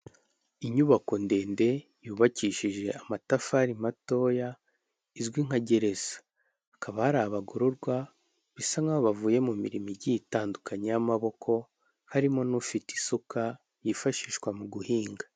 Inyubako ndende yubakishije amatafari matoya, izwi nka gereza, hakaba hari abagororwa bisa nk'aho bavuye mu mirimo igiye itandukanye y'amaboko, harimo n'ufite isuka yifashishwa mu guhinga.